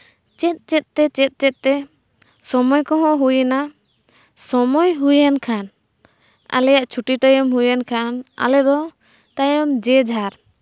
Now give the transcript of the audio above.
ᱪᱮᱫ ᱪᱮᱫᱛᱮ ᱪᱮᱫ ᱪᱮᱫᱛᱮ ᱥᱚᱢᱚᱭ ᱠᱚᱦᱚᱸ ᱦᱩᱭᱮᱱᱟ ᱥᱚᱢᱚᱭ ᱦᱩᱭᱮᱱ ᱠᱷᱟᱱ ᱟᱞᱮᱭᱟᱜ ᱪᱷᱩᱴᱤ ᱴᱟᱹᱭᱤᱢ ᱦᱩᱭᱮᱱ ᱠᱷᱟᱱ ᱟᱞᱮᱫᱚ ᱛᱟᱭᱚᱢ ᱡᱮᱡᱟᱨ